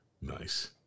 Nice